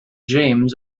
james